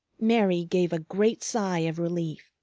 mary gave a great sigh of relief.